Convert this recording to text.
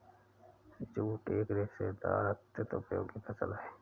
jute एक रेशेदार अत्यन्त उपयोगी फसल है